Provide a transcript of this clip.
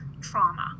trauma